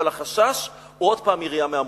אבל החשש הוא עוד פעם ירייה מהמותן.